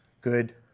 good